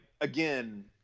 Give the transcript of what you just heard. again